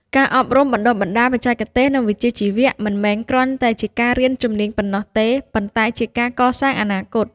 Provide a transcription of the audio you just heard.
ការអប់រំបណ្ដុះបណ្ដាលបច្ចេកទេស និងវិជ្ជាជីវៈ មិនមែនគ្រាន់តែជាការរៀនជំនាញប៉ុណ្ណោះទេ ប៉ុន្តែជាការកសាងអនាគត។